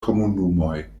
komunumoj